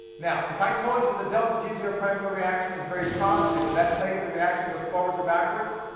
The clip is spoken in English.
now, if i told you the delta g zero prime for a reaction is very positive, would that tell you if the reaction goes forwards or backwards?